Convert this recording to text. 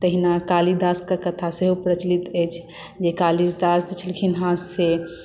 तहिना कालिदासकेॅं कथा सेहो प्रचलित अछि जे कालिदास छलखिन हँ से